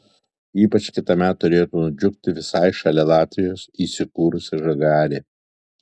ypač kitąmet turėtų nudžiugti visai šalia latvijos įsikūrusi žagarė